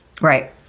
Right